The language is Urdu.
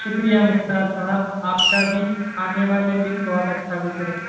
شکریہ مختار صاحب آپ کا بھی آنے والے دن بہت اچھا گزرے